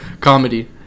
comedy